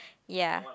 ya